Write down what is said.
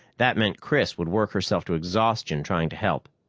that meant chris would work herself to exhaustion trying to help.